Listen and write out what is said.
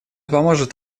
поможет